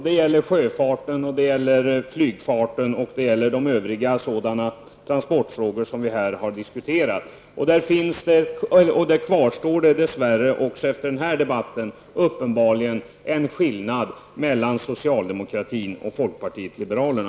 Det gäller sjöfarten och det gäller flygfarten och andra transportfrågor som vi här har diskuterat. Där kvarstår dess värre också efter den här debatten uppenbarligen en skillnad mellan socialdemokratin och folkpartiet liberalerna.